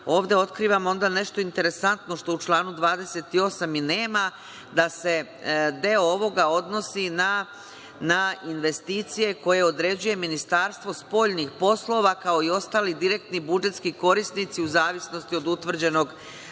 ovde otkrivam nešto interesantno, što u članu 28. i nema, da se deo ovoga odnosi na investicije koje određuje Ministarstvo spoljnih poslova, kao i ostali direktni budžetski korisnici u zavisnosti od utvrđenog